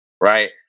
right